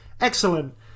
excellent